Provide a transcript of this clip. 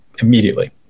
immediately